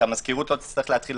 ושהמזכירות לא תריב,